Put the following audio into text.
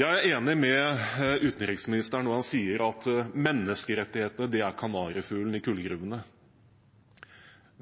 Jeg er enig med utenriksministeren når han sier at menneskerettighetene er kanarifuglen i kullgruven.